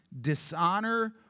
dishonor